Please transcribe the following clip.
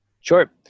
Sure